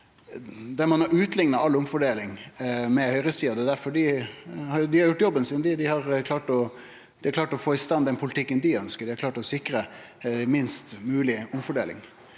Ein har utlikna all omfordeling med høgresida, som har gjort jobben sin – dei har klart å få i stand den politikken dei ønskjer. Dei har klart å sikre minst mogleg omfordeling.